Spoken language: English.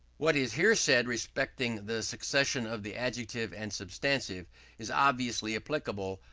what is here said respecting the succession of the adjective and substantive is obviously applicable,